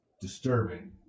disturbing